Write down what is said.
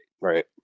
Right